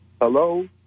Hello